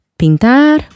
pintar